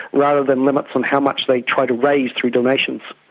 rather than limits on how much they try to raise through donations.